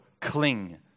cling